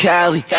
Cali